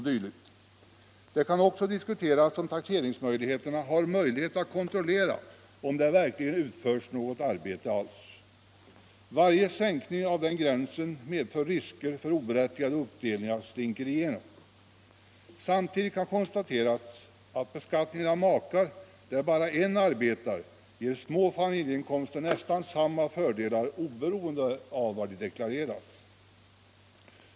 39 Det kan också diskuteras om taxeringsmyndigheterna har möjlighet att kontrollera om något arbete verkligen utförs. Varje sänkning av den gränsen medför risker för att en oberättigad uppdelning slinker igenom. Samtidigt kan konstateras att beskattningen av makar, där bara en arbetar, ger små familjeinkomster nästan samma fördelar oberoende av var de deklareras.